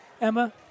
Emma